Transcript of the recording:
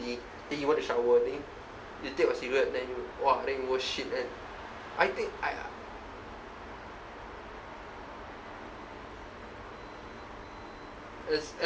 already then you went to shower then you you take your cigarette then you !wah! then you go shit man I think I uh as